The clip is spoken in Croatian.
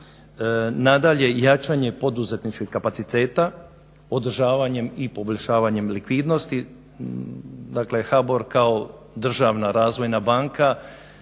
Nadalje, jačanje poduzetničkih kapaciteta, održavanjem i poboljšavanjem likvidnosti, dakle HBOR kao državna razvojna banka